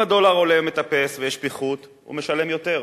אם הדולר עולה, מטפס, ויש פיחות, הוא משלם יותר,